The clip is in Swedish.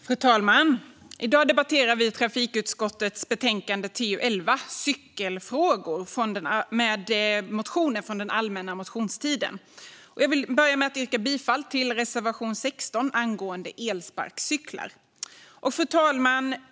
Fru talman! I dag debatterar vi trafikutskottets betänkande TU11 Cykelfrågor med motioner från den allmänna motionstiden. Jag vill börja med att yrka bifall till reservation 16 angående elsparkcyklar. Fru talman!